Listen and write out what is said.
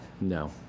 No